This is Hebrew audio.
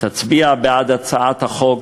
תצביע בעד הצעת החוק,